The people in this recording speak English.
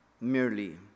merely